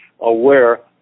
aware